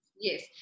yes